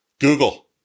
Google